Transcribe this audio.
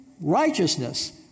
righteousness